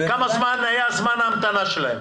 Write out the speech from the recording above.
וכמה זמן היה זמן ההמתנה שלהם?